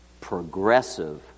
progressive